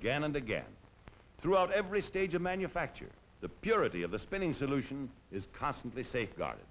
again and again throughout every stage of manufacture the purity of the spending solution is constantly safeguarded